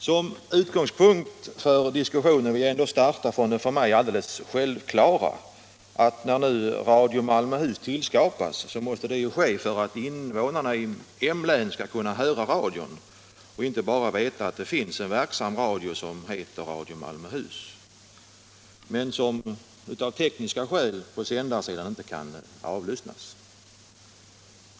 Som utgångspunkt för diskussionen vill jag starta från det för mig alldeles självklara, att när nu Radio Malmöhus tillskapas så måste det ske för att invånarna i M-län skall kunna höra radion och inte bara veta att det finns en verksam radio som heter Radio Malmöhus men som på grund av tekniska förhållanden på sändarsidan inte kan avlyssnas.